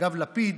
אגב, לפיד